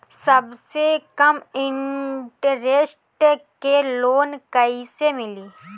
सबसे कम इन्टरेस्ट के लोन कइसे मिली?